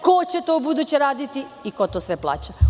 Ko će to ubuduće raditi i ko to sve plaća?